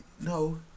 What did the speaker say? no